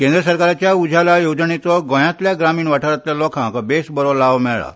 केंद्र सरकाराच्या उजाला येवजणेचो गोयातल्या ग्रामीण वाठारातल्या लोकांक बेस बरो लाव मेळ्ळा